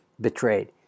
betrayed